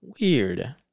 Weird